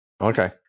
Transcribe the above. Okay